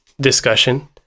discussion